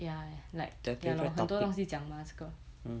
ya like ya lor 很多东西讲 [what] 这个